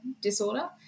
disorder